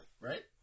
right